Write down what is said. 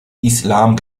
islam